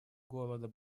голода